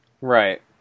Right